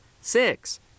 six